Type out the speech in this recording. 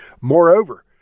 Moreover